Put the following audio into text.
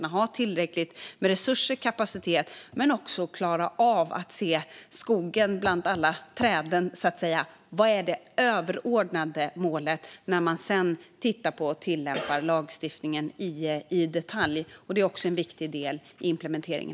De måste ha tillräckligt med resurser och kapacitet men också klara av att se skogen bland alla träd: Vad är det överordnade målet när man tittar på och tillämpar lagstiftningen i detalj? Också detta är en viktig del i implementeringen.